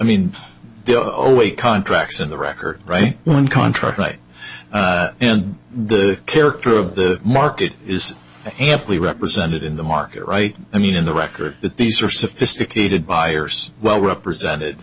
old way contracts in the record right when contracts right and the character of the market is amply represented in the market right i mean in the record that these are sophisticated buyers well represented